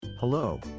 Hello